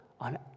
on